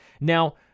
Now